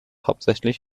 hauptsächlich